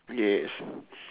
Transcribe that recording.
yes